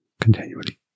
continually